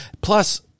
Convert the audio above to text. Plus